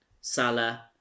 Salah